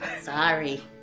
Sorry